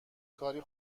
کاری